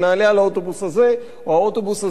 על האוטובוס הזה או על האוטובוס הזה,